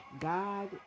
God